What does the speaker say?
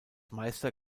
meister